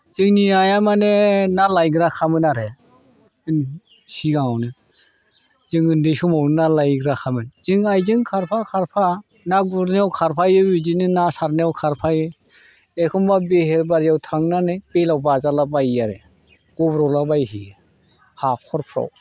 जोंनि आइआ माने ना लायग्राखामोन आरो सिगाङावनो जों उन्दै समाव ना लायग्राखामोन जों आइजों खारफा खारफा ना गुरनायाव खारफायो बिदिनो ना सारनायाव खारफायो एखनबा बेहेर बारियाव थांनानै बेलाव बाजालाबायो आरो गब्र'लाबायहैयो हाखरफोराव